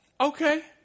okay